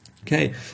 Okay